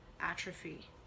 atrophy